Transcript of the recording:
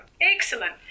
Excellent